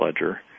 ledger